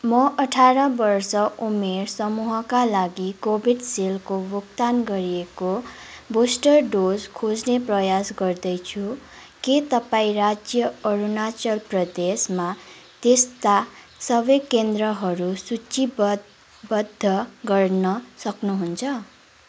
म अठार वर्ष उमेर समूहका लागि कोभिसिल्डको भुक्तान गरिएको बुस्टर डोज खोज्ने प्रयास गर्दैछु के तपाईँँ राज्य अरुणाचल प्रदेशमा त्यस्ता सबै केन्द्रहरू सूचीबद् बद्ध गर्न सक्नुहुन्छ